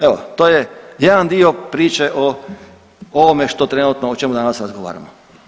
Evo to je jedan dio priče o ovome što trenutno, o čemu danas razgovaramo.